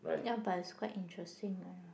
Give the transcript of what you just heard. ya but it's quite interesting